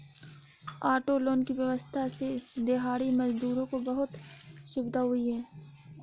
auto loan की व्यवस्था से दिहाड़ी मजदूरों को बहुत सुविधा हुई है